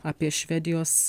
apie švedijos